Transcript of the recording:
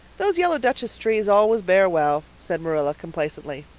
those yellow duchess trees always bear well, said marilla complacently.